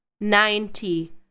ninety